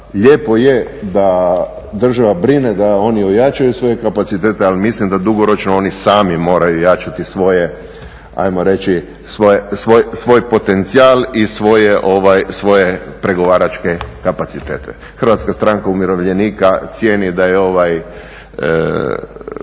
Lijepo je da država brine da oni ojačaju svoje kapacitete ali mislim da dugoročno oni sami moraju jačati svoje ajmo reći, svoj potencijal i svoje pregovaračke kapacitete. Hrvatska stranka umirovljenika cijeni da je ovaj